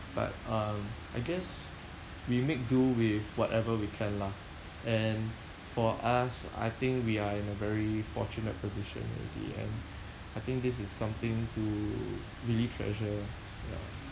but um I guess we make do with whatever we can lah and for us I think we are in a very fortunate position already and I think this is something to really treasure ya